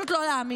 פשוט לא להאמין.